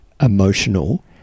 emotional